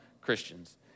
Christians